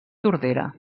tordera